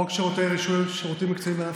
חוק רישוי שירותים מקצועיים היה,